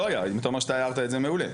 אם אתה אומר שאתה הערת את זה, מעולה.